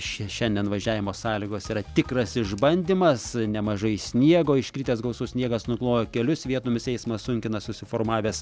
šia šiandien važiavimo sąlygos yra tikras išbandymas nemažai sniego iškritęs gausus sniegas nuklojo kelius vietomis eismą sunkina susiformavęs